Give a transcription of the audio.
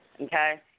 Okay